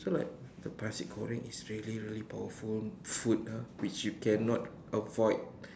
so like the nasi goreng is really really powerful food ah which you cannot avoid